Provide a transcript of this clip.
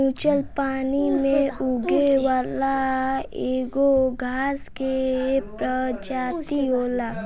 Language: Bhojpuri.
मुलच पानी में उगे वाला एगो घास के प्रजाति होला